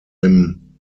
him